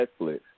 Netflix